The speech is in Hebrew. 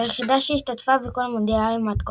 והיחידה שהשתתפה בכל המונדיאלים עד כה.